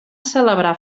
celebrar